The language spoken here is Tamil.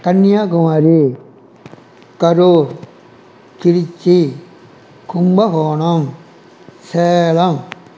கன்னியாகுமாரி கரூர் திருச்சி கும்பகோணம் சேலம்